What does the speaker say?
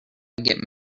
get